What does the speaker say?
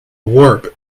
warp